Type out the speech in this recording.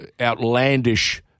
outlandish